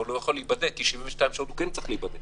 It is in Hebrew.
אבל לא להיבדק כי 72 שעות הוא כן צריך להיבדק.